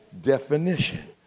definition